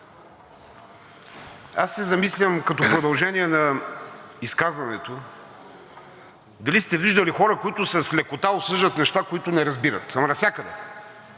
Аз се замислям, като продължение на изказването, дали сте виждали хора, които с лекота обсъждат неща, които не разбират, ама навсякъде